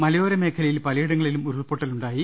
മല യോരമേഖലയിൽ പലയിടങ്ങളിലും ഉരുൾപ്പൊട്ടലുണ്ടായി